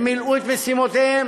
הם מילאו את משימותיהם,